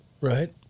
right